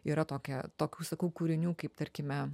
yra tokia tokių sakau kūrinių kaip tarkime